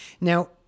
Now